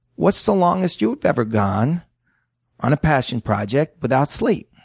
what's the longest you've ever gone on a passion project without sleep?